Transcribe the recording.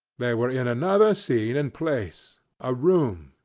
they were in another scene and place a room,